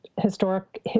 historic